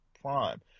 prime